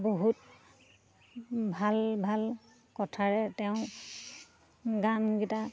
বহুত ভাল ভাল কথাৰে তেওঁ গানকেইটা